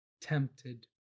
tempted